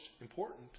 important